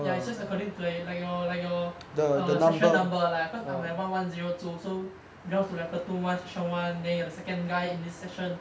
ya it's just according to a like your like your section number lah cause I'm like one one zero two so belong to section one then you're the second guy in this section